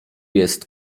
jest